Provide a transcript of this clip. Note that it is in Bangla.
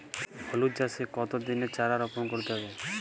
হলুদ চাষে কত দিনের চারা রোপন করতে হবে?